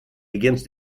against